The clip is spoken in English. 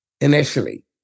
initially